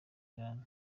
iran